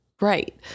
Right